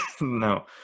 No